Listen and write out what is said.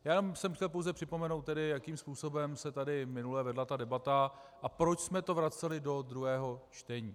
Jenom jsem chtěl tedy připomenout, jakým způsobem se tady minule vedla ta debata a proč jsme to vraceli do druhého čtení.